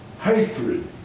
hatred